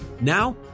Now